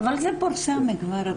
זה פורסם כבר.